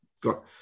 got